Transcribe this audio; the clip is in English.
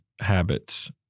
habits